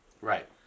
Right